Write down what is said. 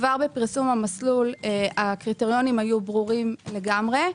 כבר בפרסום המסלול הקריטריונים היו ברורים לגמרי.